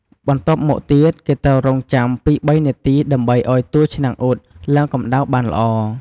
បន្ទាប់មកទៀត គេត្រួវរង់ចាំពីរបីនាទីដើម្បីឲ្យតួឆ្នាំងអ៊ុតឡើងកម្ដៅបានល្អ។